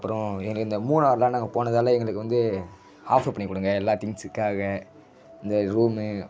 அப்பறம் எங்களுக்கு இந்த மூணாறுலாம் நாங்கள் போனதால் எங்களுக்கு வந்து ஆஃபர் பண்ணிக்கொடுங்க எல்லாம் திங்ஸ்க்காக இந்த ரூமு